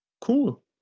Cool